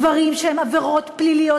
דברים שהם עבירות פליליות,